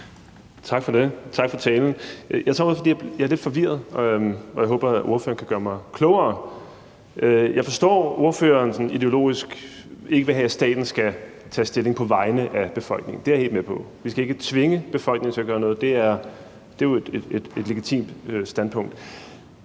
tager ordet, fordi jeg er lidt forvirret, og jeg håber, at ordføreren kan gøre mig klogere. Jeg forstår, at ordføreren ideologisk ikke vil have, at staten skal tage stilling på vegne af befolkningen – det er jeg helt med på. Vi skal ikke tvinge befolkningen til at gøre noget. Det er jo et legitimt standpunkt.